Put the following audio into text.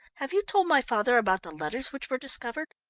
have you told my father about the letters which were discovered?